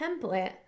template